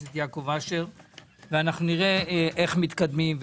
ואז נראה איך מתקדמים,